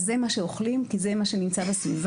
זה מה שאוכלים כי זה מה שנמצא בסביבה,